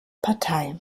partei